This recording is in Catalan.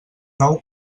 nou